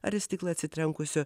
ar į stiklą atsitrenkusio